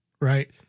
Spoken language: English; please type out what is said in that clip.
Right